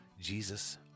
Jesus